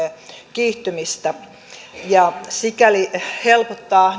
kiihtymistä ja sikäli helpottaa